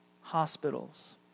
hospitals